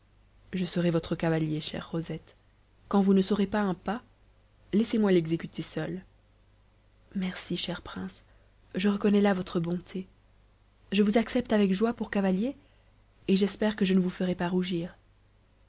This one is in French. je serai votre cavalier chère rosette quand vous ne saurez pas un pas laissez-moi l'exécuter seul merci cher prince je reconnais là votre bonté je vous accepte avec joie pour cavalier et j'espère que je ne vous ferai pas rougir